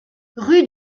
rue